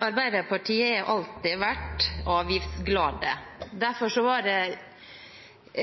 Arbeiderpartiet har alltid vært avgiftsglade. Derfor var det